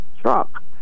truck